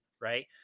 Right